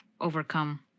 Overcome